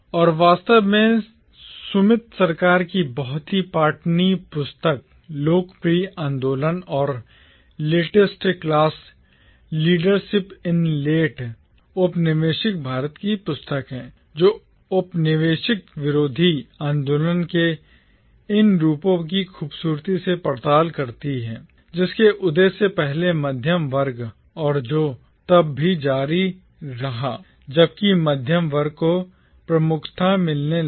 और वास्तव में सुमित सरकार की बहुत ही पठनीय पुस्तक लोकप्रिय आंदोलन और latest class leadership in late औपनिवेशिक भारत की पुस्तक है जो औपनिवेशिक विरोधी आंदोलन के इन रूपों की खूबसूरती से पड़ताल करती है जिसके उदय से पहले मध्यम वर्ग और जो तब भी जारी रहा जबकि मध्यम वर्ग को प्रमुखता मिलने लगी